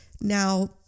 Now